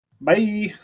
Bye